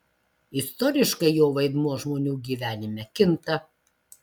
istoriškai jo vaidmuo žmonių gyvenime kinta